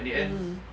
mm hmm